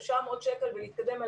ושם עוד שקל ונתקדם.